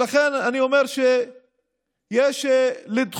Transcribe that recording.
ולכן אני אומר שיש לדחות